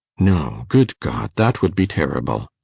no good god that would be terrible!